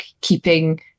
keeping